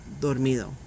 dormido